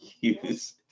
use